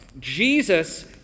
Jesus